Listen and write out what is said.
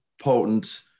potent